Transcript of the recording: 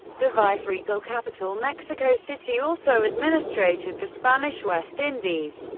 the viceregal capital mexico city also administrated the spanish west indies,